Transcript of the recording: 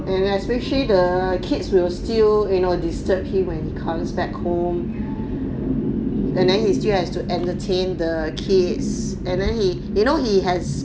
and especially the kids will still you know disturb him when he comes back home and then he still has to entertain the kids and then he you know he has